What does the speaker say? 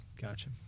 Gotcha